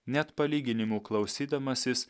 net palyginimų klausydamasis